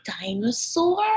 dinosaur